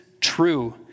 true